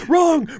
Wrong